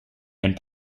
and